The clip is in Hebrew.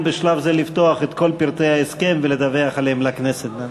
בשלב זה לפתוח את כל פרטי ההסכם ולדווח עליהם לכנסת.